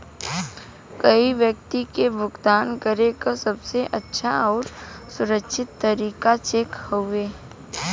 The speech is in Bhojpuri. कोई व्यक्ति के भुगतान करे क सबसे अच्छा आउर सुरक्षित तरीका चेक हउवे